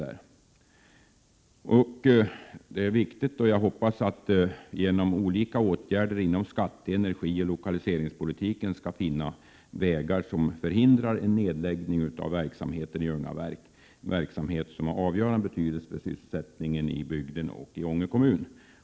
Det är viktigt att — och jag hoppas att så blir fallet — det genom olika åtgärder inom skatte-, energioch lokaliseringspolitiken går att finna vägar som förhindrar en nedläggning av verksamheten i Ljungaverk — en verksamhet som är av avgörande betydelse för sysselsättningen i bygden och i Ånge kommun.